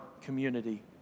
community